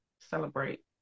celebrate